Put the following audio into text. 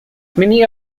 many